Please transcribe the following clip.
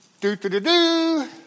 Do-do-do-do